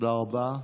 תודה רבה.